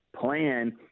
plan